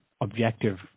objective